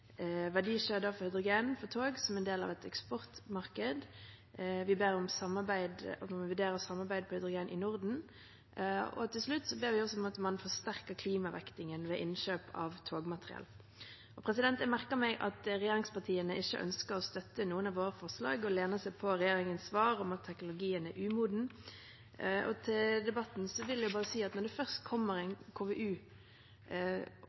verdikjeder for hydrogen på tog som en del av et eksportmarked. Vi ber om å vurdere samarbeid på hydrogen i Norden, og til slutt ber vi om at man forsterker klimavektingen ved innkjøp av togmateriell. Jeg merker meg at regjeringspartiene ikke ønsker å støtte noen av våre forslag og lener seg på regjeringens svar om at teknologien er umoden. Til debatten vil jeg bare si at når det først kommer